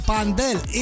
Pandel